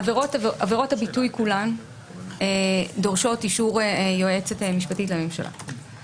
עבירות הביטוי כולם דורשות אישור יועצת משפטית לממשלה על פי חוק.